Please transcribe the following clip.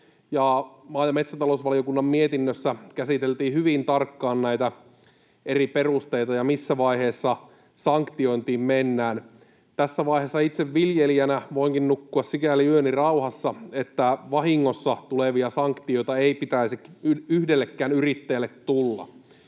maa- ja metsätalousvaliokunnan mietinnössä käsiteltiin hyvin tarkkaan näitä eri perusteita ja sitä, missä vaiheessa sanktiointiin mennään. Tässä vaiheessa itse viljelijänä voinkin nukkua sikäli yöni rauhassa, että vahingossa tulevia sanktioita ei pitäisi yhdellekään yrittäjälle tulla.